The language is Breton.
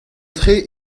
tre